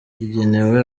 igenewe